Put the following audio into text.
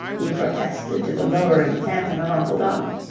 he protested to the lowering phantom of uncle donald.